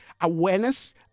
Awareness